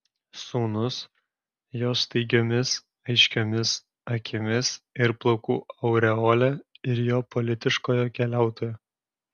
sūnus jos staigiomis aiškiomis akimis ir plaukų aureole ir jo politiškojo keliautojo